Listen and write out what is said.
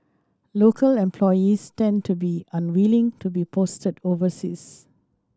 local employees tend to be unwilling to be posted overseas